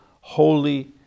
holy